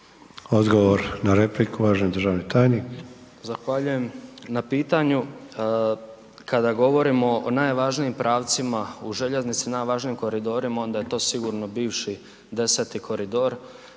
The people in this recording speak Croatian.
Odgovor na repliku, uvaženi državni tajnik.